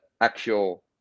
actual